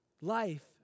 Life